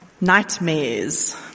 nightmares